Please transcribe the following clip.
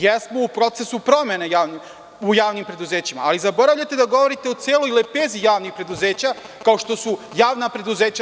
Jesmo u procesu promena u javnim preduzećima, ali zaboravljate da govorite o celoj lepezi javnih preduzeća, kao što su javna preduzeća…